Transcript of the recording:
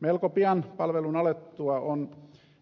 melko pian palvelun alettua on